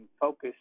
focused